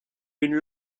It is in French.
une